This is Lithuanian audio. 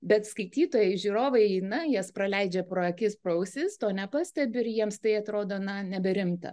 bet skaitytojai žiūrovai eina jas praleidžia pro akis prausis to nepastebi ir jiems tai atrodo na neberimta